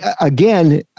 again